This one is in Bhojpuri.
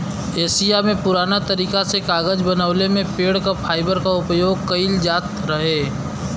एशिया में पुरान तरीका से कागज बनवले में पेड़ क फाइबर क उपयोग कइल जात रहे